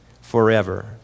forever